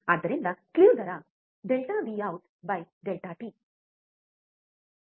ಆದ್ದರಿಂದ ಸ್ಲೀವ್ ದರ Δವಿಔಟ್ ΔಟಿΔVout Δt